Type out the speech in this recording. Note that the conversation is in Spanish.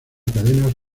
cadena